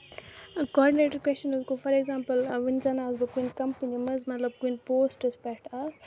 coordinator question حظ گوٚو for example وۄنۍ زَن آسہٕ بہٕ کُنہِ کَمپٔنۍ منٛز مطلب کُنہِ پوسٹَس پٮ۪ٹھ آز